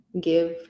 give